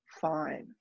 fine